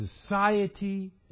society